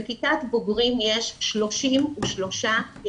בכיתת בוגרים יש 33 ילדים,